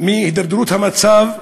מהידרדרות המצב,